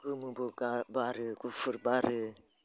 गोमोबो बारो गुफुर बारो